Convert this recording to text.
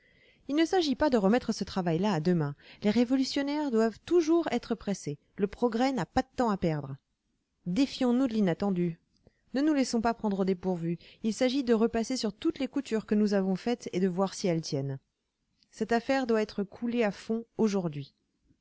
il ne s'agit pas de remettre ce travail-là à demain les révolutionnaires doivent toujours être pressés le progrès n'a pas de temps à perdre défions-nous de l'inattendu ne nous laissons pas prendre au dépourvu il s'agit de repasser sur toutes les coutures que nous avons faites et de voir si elles tiennent cette affaire doit être coulée à fond aujourd'hui